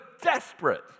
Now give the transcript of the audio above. desperate